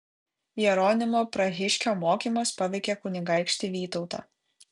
jeronimo prahiškio mokymas paveikė kunigaikštį vytautą